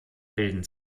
bilden